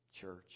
Church